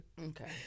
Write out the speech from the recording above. Okay